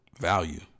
value